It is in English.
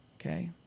Okay